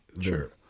Sure